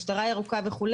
משטרה ירוקה וכו',